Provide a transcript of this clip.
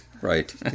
Right